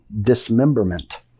dismemberment